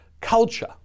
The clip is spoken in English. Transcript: culture